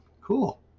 Cool